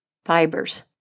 Fibers